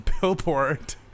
billboard